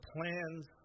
plans